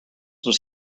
was